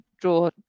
draw